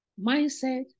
mindset